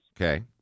okay